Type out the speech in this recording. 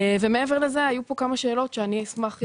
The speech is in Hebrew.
ומעבר לזה היו פה כמה שאלות שאני אשמח להבהרות,